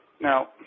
Now